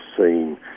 seen